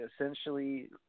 essentially